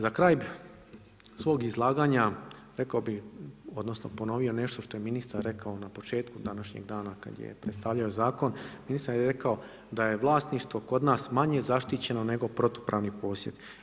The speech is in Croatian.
Za kraj svog izlaganja, rekao bi, odnosno, ponovio nešto što je ministar rekao na početku današnjeg dana kada je predstavljao zakon, ministar je rekao da je vlasništvo kod nas manje zaštićeno nego protupravni prosvjed.